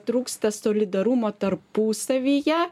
trūksta solidarumo tarpusavyje